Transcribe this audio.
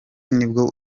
nibwo